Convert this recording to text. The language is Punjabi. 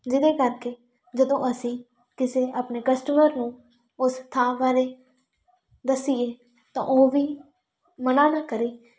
ਜਿਹਦੇ ਕਰਕੇ ਜਦੋਂ ਅਸੀਂ ਕਿਸੇ ਆਪਣੇ ਕਸਟਮਰ ਨੂੰ ਉਸ ਥਾਂ ਬਾਰੇ ਦੱਸੀਏ ਤਾਂ ਉਹ ਵੀ ਮਨਾ ਨਾ ਕਰੇ